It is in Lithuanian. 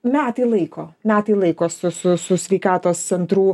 metai laiko metai laiko su su su sveikatos centrų